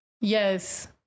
yes